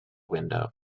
window